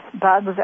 bugs